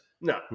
No